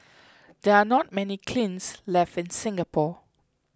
there are not many kilns left in Singapore